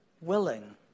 willing